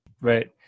Right